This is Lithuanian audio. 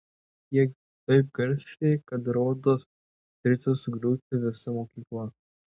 spiegiu taip garsiai kad rodos turėtų sugriūti visa mokykla